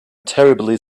terribly